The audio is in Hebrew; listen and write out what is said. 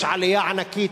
יש עלייה ענקית,